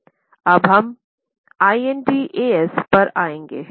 अब हम IND AS पर आएँगे